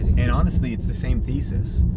and honestly, it's the same thesis.